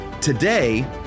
Today